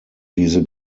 diese